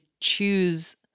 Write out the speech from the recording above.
choose